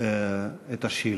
את השאלות.